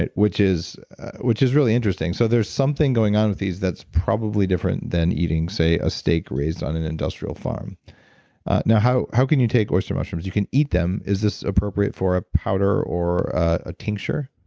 which is which is really interesting so there's something going on with these that's probably different than eating say a steak raised on an industrial farm no, how how can you take oyster mushrooms, you can eat them, is this appropriate for a powder or a tincture?